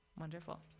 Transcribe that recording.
wonderful